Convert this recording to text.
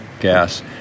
gas